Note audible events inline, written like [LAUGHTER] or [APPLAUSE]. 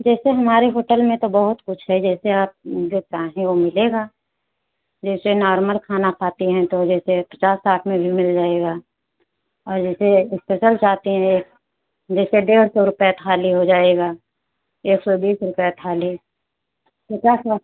जैसे हमारे होटल में तो बहुत कुछ है जैसे आप जो चाहें वो मिलेगा जैसे नॉर्मल खाना खाते हैं तो जैसे पचास साठ में भी मिल जाएगा और जैसे एस्पेसल चाहते हैं जैसे डेढ़ सौ रुपये थाली हो जाएगा एक सौ बीस रुपये थाली [UNINTELLIGIBLE]